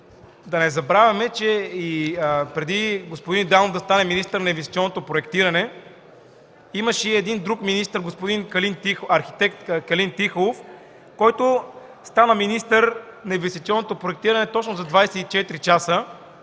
да не забравяме, че преди господин Данов да стане министър на инвестиционното проектиране, имаше един друг министър – арх. Калин Тихолов, който стана министър на инвестиционното проектиране точно за 24 часа.